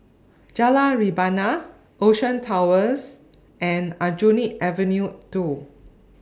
Jalan Rebana Ocean Towers and Aljunied Avenue two